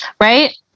right